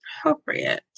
appropriate